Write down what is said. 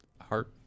heart